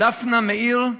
דפנה מאיר,